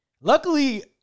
luckily